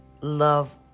Love